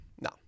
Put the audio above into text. no